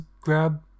grab